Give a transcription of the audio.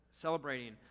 celebrating